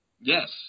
Yes